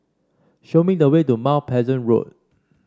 show me the way to Mount Pleasant Road